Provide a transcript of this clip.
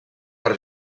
per